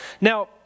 Now